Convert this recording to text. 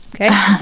Okay